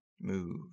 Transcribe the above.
move